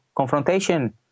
Confrontation